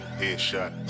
headshot